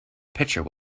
picture